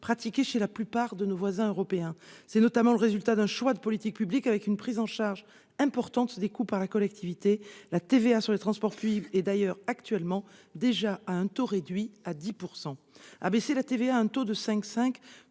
pratiqués chez nos voisins européens. C'est notamment le résultat d'un choix de politique publique avec une prise en charge importante des coûts par la collectivité. La TVA sur les transports publics est d'ailleurs déjà au taux réduit de 10 %. Abaisser la TVA à 5,5 %,